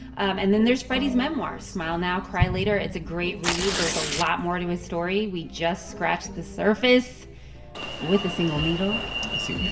and then there's freddy's memoir, smile now, cry later. it's a great read. there's a lot more to his story. we just scratched the surface with a single needle i see